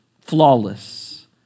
flawless